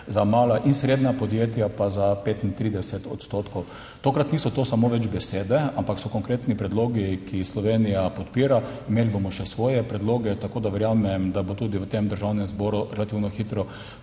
Za mala in srednja podjetja pa za 35 odstotkov. Tokrat niso to samo več besede, ampak so konkretni predlogi, ki jih Slovenija podpira. Imeli bomo še svoje predloge, tako da verjamem, da bo tudi v tem Državnem zboru relativno hitro